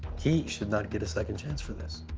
he should not get a second chance for this.